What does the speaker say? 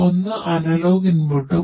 ഒന്ന് അനലോഗ് ഇൻപുട്ടും